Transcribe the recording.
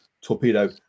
Torpedo